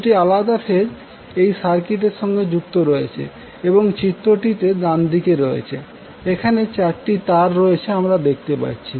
দুটি আলাদা ফেজ এই সার্কিট এর সঙ্গে যুক্ত রয়েছে এবং এই চিত্রটিতে ডান দিকে রয়েছে এখানে চারটি তার রয়েছে আমরা দেখতে পাচ্ছি